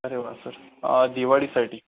अरे वा सर दिवाळीसाठी